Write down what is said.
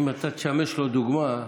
אם אתה תשמש לו דוגמה,